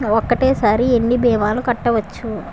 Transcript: ఒక్కటేసరి ఎన్ని భీమాలు కట్టవచ్చు?